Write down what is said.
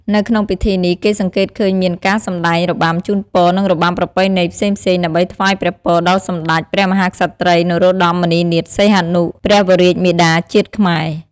នៅក្នុងពិធីនេះគេសង្កេតឃើញមានការសម្តែងរបាំជូនពរនិងរបាំប្រពៃណីផ្សេងៗដើម្បីថ្វាយព្រះពរដល់សម្តេចព្រះមហាក្សត្រី នរោត្តម មុនិនាថ សីហនុ ព្រះវររាជមាតាជាតិខ្មែរ។